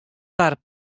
doarp